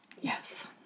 Yes